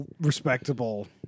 respectable